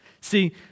See